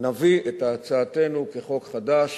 נביא את הצעתנו כחוק חדש